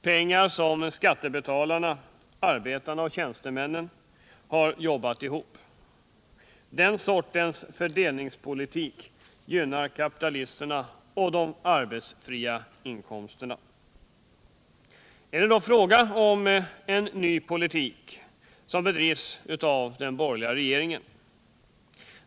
Dessa pengar har skattebetalarna, arbetarna och tjänstemännen, jobbat ihop. Den sortens fördelningspolitik gynnar kapitalisterna och dem som har arbetsfria inkomster. Är det då fråga om en ny skattepolitik som bedrivs av den borgerliga regeringen?